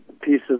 pieces